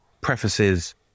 prefaces